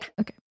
Okay